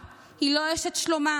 לא.